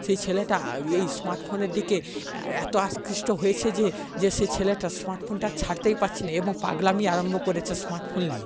সেই ছেলেটা এই স্মার্টফোনের দিকে এত আকৃষ্ট হয়েছে যে যে সেই ছেলেটা স্মার্টফোনটা ছাড়তেই পারছে না এবং পাগলামি আরম্ভ করেছে স্মার্টফোন নিয়ে